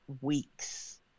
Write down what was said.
weeks